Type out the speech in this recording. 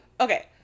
okay